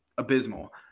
abysmal